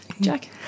Jack